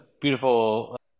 beautiful